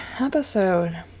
episode